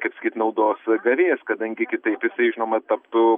kaip sakyt naudos gavėjas kadangi kitaip jisai žinoma taptų